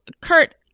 Kurt